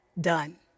done